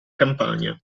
campagna